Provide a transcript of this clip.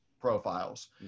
profiles